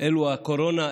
אלו בקורונה.